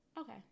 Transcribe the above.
Okay